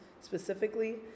specifically